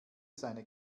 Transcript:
seine